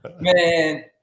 man